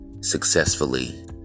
successfully